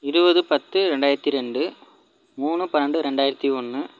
இருபது பத்து ரெண்டாயிரத்து ரெண்டு மூணு பன்னெண்டு ரெண்டாயிரத்து ஒன்று